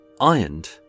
ironed